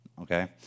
Okay